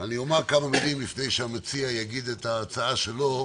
אני אומר כמה מילים לפני שהמציע יגיד מה ההצעה שלו.